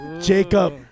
jacob